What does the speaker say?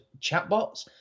chatbots